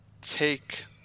take